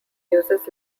uses